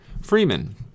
Freeman